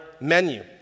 menu